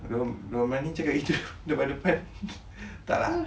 diorang berani cakap gitu depan depan tak lah